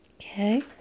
okay